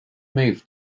moved